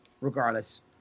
regardless